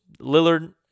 Lillard